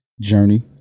journey